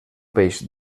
peix